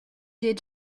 did